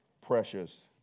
precious